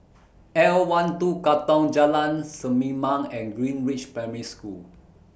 L one two Katong Jalan Selimang and Greenridge Primary School